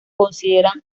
consideran